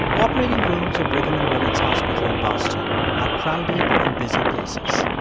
operating rooms at brigham and women's hospital in boston are crowded and busy places.